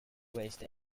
waste